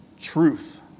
truth